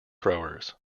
throwers